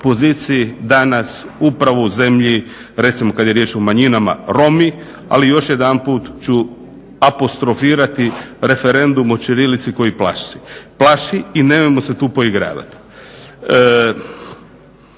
poziciji danas upravo u zemlji recimo kad je riječ o manjinama Romi ali još jedanput ću apostrofirati referendum o ćirilici koji plaši, plaši i nemojmo se tu poigravati.